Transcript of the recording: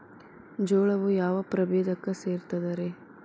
ಜೋಳವು ಯಾವ ಪ್ರಭೇದಕ್ಕ ಸೇರ್ತದ ರೇ?